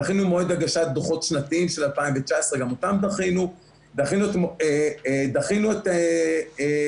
דחינו את המועד להגשת דוחות שנתיים של 2019. דחינו גם לחברות,